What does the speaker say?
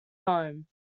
home